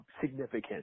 significant